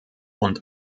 und